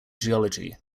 geology